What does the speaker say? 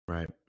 Right